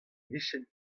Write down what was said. vijent